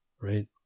right